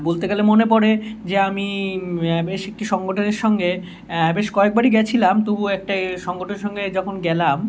বলতে গেলে মনে পড়ে যে আমি বেশ একটি সংগঠনের সঙ্গে বেশ কয়েকবারই গেছিলাম তবু একটা এ সংগঠনের সঙ্গে যখন গেলাম